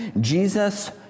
Jesus